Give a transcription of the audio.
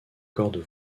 cordes